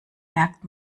merkt